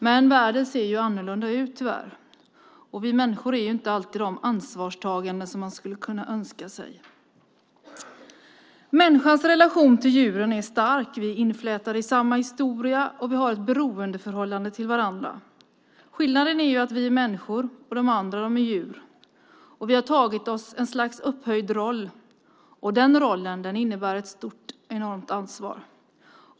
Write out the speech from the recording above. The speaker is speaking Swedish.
Men världen ser tyvärr annorlunda ut, och vi människor är inte alltid så ansvarstagande som man skulle önska. Människans relation till djuren är stark. Vi är inflätade i samma historia, och vi har ett beroendeförhållande till varandra. Skillnaden är att vi är människor, och de andra är djur. Vi har tagit oss ett slags upphöjd roll, och den rollen innebär ett enormt ansvar.